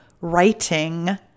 writing